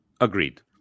Agreed